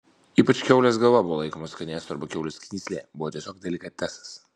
ypač kiaulės galva buvo laikoma skanėstu arba kiaulės knyslė buvo tiesiog delikatesas